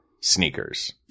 sneakers